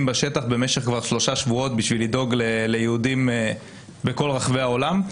בשטח במשך שלושה שבועות כדי לדאוג ליהודים בכל רחבי העולם.